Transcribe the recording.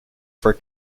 for